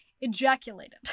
ejaculated